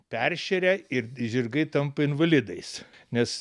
peršeria ir žirgai tampa invalidais nes